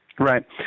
Right